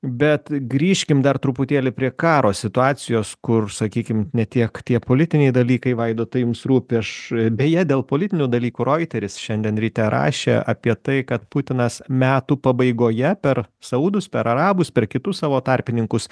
bet grįžkim dar truputėlį prie karo situacijos kur sakykim ne tiek tie politiniai dalykai vaidotai jums rūpi aš beje dėl politinių dalykų roiteris šiandien ryte rašė apie tai kad putinas metų pabaigoje per saudus per arabus per kitus savo tarpininkus